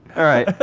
alright,